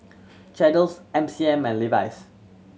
M C M and Levi's